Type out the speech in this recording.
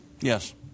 Yes